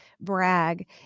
brag